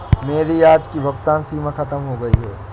मेरी आज की भुगतान सीमा खत्म हो गई है